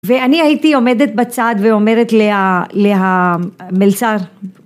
ואני הייתי עומדת בצעד ועומדת להמלצר.